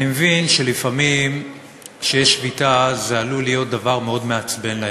אני מבין שלפעמים כשיש שביתה זה עלול להיות דבר מאוד מעצבן לאזרחים,